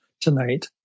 tonight